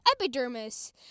epidermis